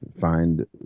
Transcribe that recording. find